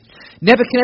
Nebuchadnezzar